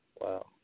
wow